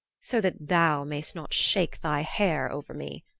so that thou mayst not shake thy hair over me,